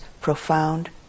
profound